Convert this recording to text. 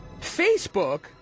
Facebook